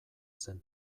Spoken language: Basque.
zen